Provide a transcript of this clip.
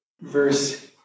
verse